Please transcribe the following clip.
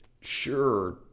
Sure